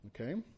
Okay